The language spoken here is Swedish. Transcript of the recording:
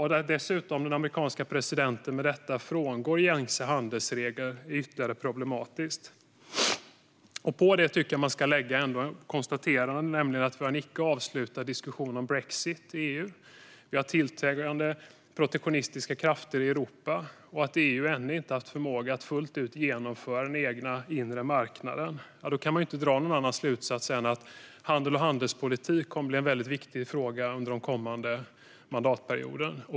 Att den amerikanske presidenten i och med detta dessutom frångår gängse handelsregler är ytterligare problematiskt. På detta tycker jag att man ska lägga ett konstaterande: Vi har en icke avslutad diskussion om brexit i EU. Vi har tilltagande protektionistiska krafter i Europa, och EU har ännu inte haft förmåga att fullt ut genomföra den egna inre marknaden. Ja, då kan man inte dra någon annan slutsats än att handel och handelspolitik kommer att bli en väldigt viktig fråga under den kommande mandatperioden.